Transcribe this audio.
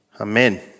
Amen